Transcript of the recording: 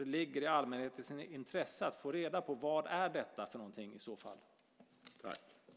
Det ligger i allmänhetens intresse att få reda på vad detta i så fall är.